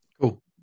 Cool